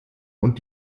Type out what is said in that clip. und